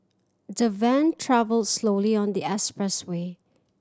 the van travelled slowly on the expressway